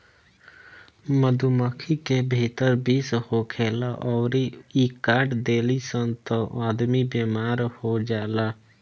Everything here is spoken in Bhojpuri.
मधुमक्खी के भीतर विष होखेला अउरी इ काट देली सन त आदमी बेमार हो जाला